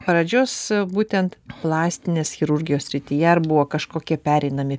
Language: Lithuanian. pradžios būtent plastinės chirurgijos srityje ar buvo kažkokie pereinami